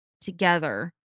together